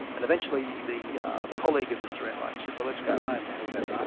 and eventually the the colleague of mr enright said, well let's go home now, we've had enough'.